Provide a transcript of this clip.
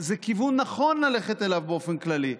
זה כיוון שנכון ללכת אליו באופן כללי.